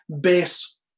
based